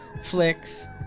flicks